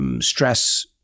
stress